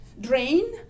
drain